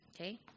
okay